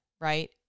right